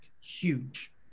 Huge